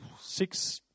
six